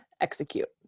execute